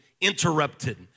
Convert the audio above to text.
interrupted